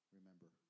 Remember